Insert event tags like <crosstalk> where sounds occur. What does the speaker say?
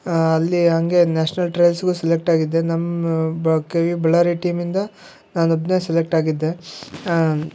ಆ ಅಲ್ಲಿ ಹಾಗೆ ನ್ಯಾಷ್ನಲ್ ಟ್ರಯಲ್ಸ್ಗೂ ಸೆಲೆಕ್ಟಾಗಿದ್ದೆ ನಮ್ಮ <unintelligible> ಬಳ್ಳಾರಿ ಟೀಮಿಂದ ನಾನೊಬ್ಬನೇ ಸಿಲೆಕ್ಟಾಗಿದ್ದೆ ಆ